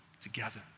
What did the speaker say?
together